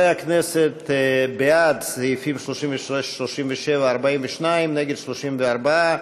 חברי הכנסת, בעד סעיפים 36 37, 42, נגד, 34,